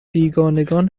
بیگانگان